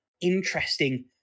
interesting